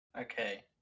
Okay